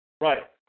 Right